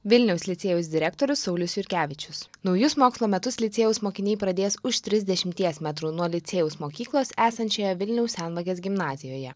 vilniaus licėjaus direktorius saulius jurkevičius naujus mokslo metus licėjaus mokiniai pradės už trisdešimties metrų nuo licėjaus mokyklos esančioje vilniaus senvagės gimnazijoje